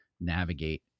navigate